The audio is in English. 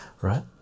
right